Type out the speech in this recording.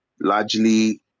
largely